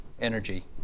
energy